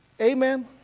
Amen